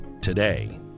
today